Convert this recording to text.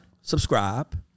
subscribe